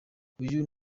uyu